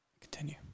Continue